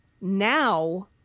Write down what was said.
now